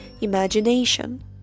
imagination